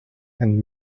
and